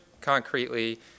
concretely